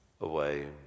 away